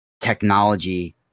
technology